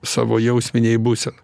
savo jausminėj būsenoj